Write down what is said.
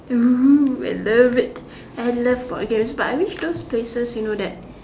!woo! I love it I love board games but I wish those places you know that